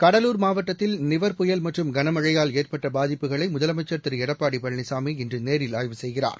கடலூர் மாவட்டத்தில் நிவர் புயல் மற்றும் கனமழையால் ஏற்பட்ட பாதிப்புகளை முதலமைச்சர் திரு எடப்பாடி பழனிசாமி இன்று நேரில் ஆய்வு செய்கிறார்